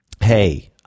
Hey